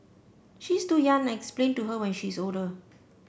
she's too young I'll explain to her when she's older